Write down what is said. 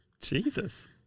Jesus